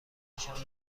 نشان